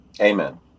Amen